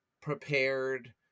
prepared